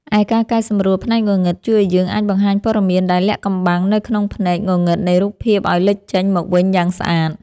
ឯការកែសម្រួល ផ្នែកងងឹត ជួយឱ្យយើងអាចបង្ហាញព័ត៌មានដែលលាក់កំបាំងនៅក្នុងផ្នែកងងឹតនៃរូបភាពឱ្យលេចចេញមកវិញយ៉ាងស្អាត។